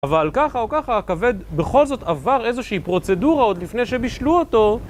אבל ככה או ככה, כבד בכל זאת עבר איזושהי פרוצדורה עוד לפני שבישלו אותו